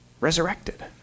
resurrected